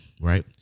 right